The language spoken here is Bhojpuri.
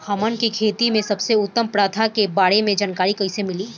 हमन के खेती में सबसे उत्तम प्रथा के बारे में जानकारी कैसे मिली?